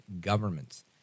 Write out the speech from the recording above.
governments